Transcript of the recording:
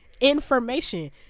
information